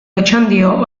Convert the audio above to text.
otxandio